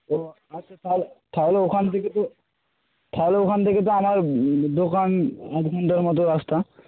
ও আচ্ছা তাহলে তাহলে ওখান থেকে তো তাহলে ওখান থেকে তো আমার দোকান আধ ঘণ্টার মতো রাস্তা